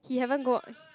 he haven't go